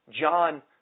John